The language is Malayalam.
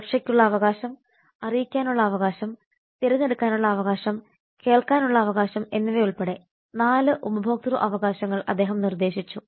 സുരക്ഷയ്ക്കുള്ള അവകാശം അറിയിക്കാനുള്ള അവകാശം തിരഞ്ഞെടുക്കാനുള്ള അവകാശം കേൾക്കാനുള്ള അവകാശം എന്നിവയുൾപ്പെടെ 4 ഉപഭോക്തൃ അവകാശങ്ങൾ അദ്ദേഹം നിർദ്ദേശിച്ചു